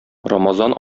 рамазан